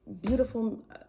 beautiful